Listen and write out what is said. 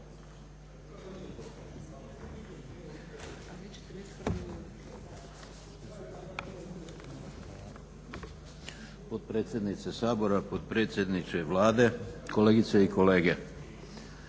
Potpredsjednice Sabora, potpredsjedniče Vlade, kolegice i kolege.